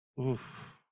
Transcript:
Oof